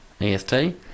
EST